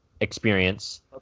experience